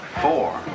four